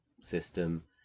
system